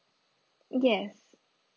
yes